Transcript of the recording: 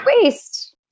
waste